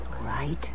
Right